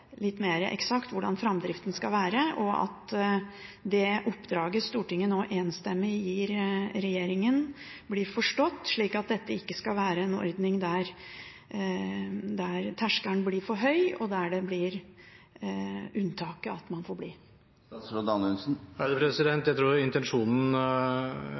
litt mer eksakt om hvordan framdriften skal være, og forsikre at det oppdraget som Stortinget nå enstemmig gir til regjeringen, blir forstått slik at dette ikke skal være en ordning der terskelen blir for høy, og der det blir unntaket at man får bli? Jeg tror at alle står bak intensjonen